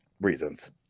reasons